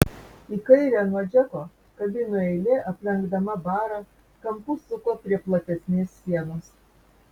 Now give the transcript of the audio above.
į kairę nuo džeko kabinų eilė aplenkdama barą kampu suko prie platesnės sienos